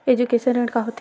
Education ऋण का होथे?